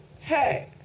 hey